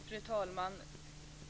Fru talman!